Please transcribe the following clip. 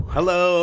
Hello